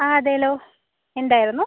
ആ അതേലൊ എന്തായിരുന്നു